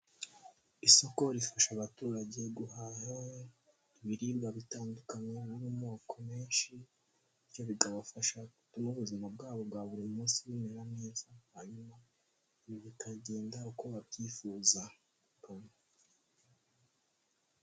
Isoko rifasha abaturage guhaha ibiribwa bitandukanye, biri amoko menshi, bityo bikabafasha gutuma ubuzima bwabo bwa buri munsi bumera neza, hanyuma ibi bikagenda uko babyifuza.